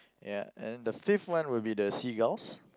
ya and then the fifth one will be the seagulls